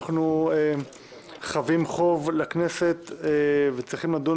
אנחנו חבים חוב לכנסת וצריכים לדון